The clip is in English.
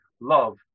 love